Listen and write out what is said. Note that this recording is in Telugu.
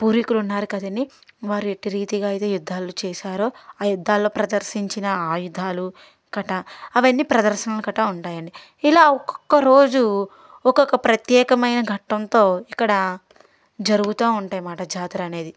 పూర్వికులు ఉన్నారు కదండీ వారు ఎట్టా రీతిగా అయితే యుద్ధాలు చేశారో ఆ యుద్ధాలో ప్రదర్శించిన ఆయుధాలు కట అవన్నీ ప్రదర్శనల కట్ట ఉంటాయి అండి ఇలా ఒక్కొక్క రోజు ఒక్కొక్క ప్రత్యేకమైన ఘట్టంతో ఇక్కడ జరుగుతూ ఉంటాయి మాట జాతర అనేది